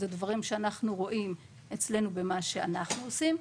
זה דברים שאנחנו רואים אצלנו, במה שאנחנו עושים.